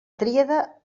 tríada